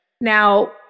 Now